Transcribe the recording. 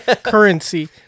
currency